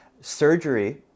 Surgery